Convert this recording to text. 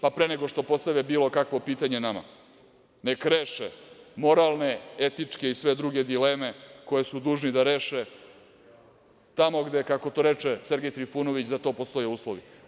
Pre nego što postave bilo kakvo pitanje nama neka reše moralne, etičke i sve druge dileme koje su dužni da reše tamo gde, kako to reče, Sergej Trifunović za to postoje uslove.